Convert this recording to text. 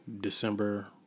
December